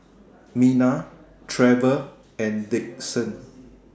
Mina Trevor and Dixon